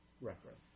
reference